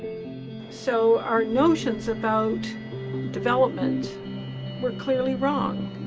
so our notions about development were clearly wrong.